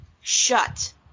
shut